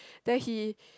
then he